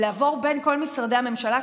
לעבור בין כל משרדי הממשלה,